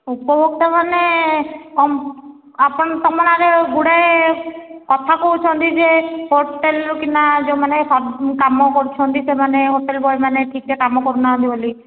ଉପଭୋକ୍ତାମାନେ ଆପଣ ତୁମ ନାଁରେ ଗୁଡ଼ାଏ କଥା କହୁଛନ୍ତି ଯେ ହୋଟେଲ୍ କିମ୍ବା ଯେଉଁମାନେ କାମ କରୁଛନ୍ତି ସେମାନେ ହୋଟେଲ୍ ବଏମାନେ ଠିକ୍ସେ କାମ କରୁନାହାନ୍ତି ବୋଲି